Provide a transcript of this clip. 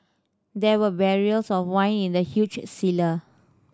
there were barrels of wine in the huge cellar